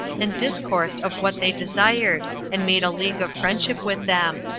and discoursed of what they desired, and made a league of friendship with them.